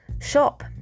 shop